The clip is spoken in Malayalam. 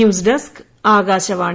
news desk Akashvani